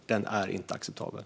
Den är inte acceptabel.